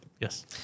Yes